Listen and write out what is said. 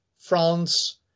France